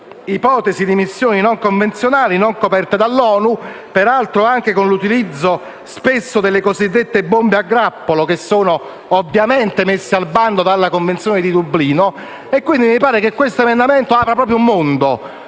ipotesi di missioni non convenzionali, non coperte dall'ONU, peraltro anche con il frequente utilizzo delle cosiddette bombe a grappolo, messe al bando dalla Convenzione di Dublino. Quindi, mi pare che questo emendamento apra un mondo.